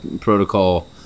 protocol